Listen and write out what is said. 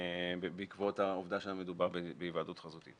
בעקבות העובדה שמדובר בהיוועדות חזותית.